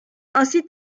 ainsi